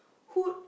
food